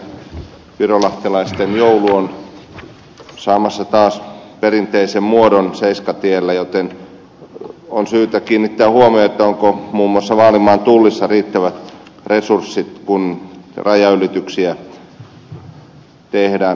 virolahtelaisten joulu on saamassa taas perinteisen muodon seiskatiellä joten on syytä kiinnittää huomiota onko muun muassa vaalimaan tullissa riittävät resurssit tarkastuksien muodossa kun rajanylityksiä tehdään